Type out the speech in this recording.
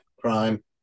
crime